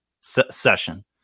session